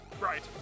right